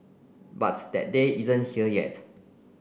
but that day isn't here yet